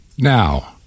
Now